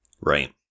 Right